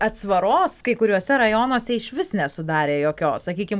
atsvaros kai kuriuose rajonuose išvis nesudarė jokios sakykim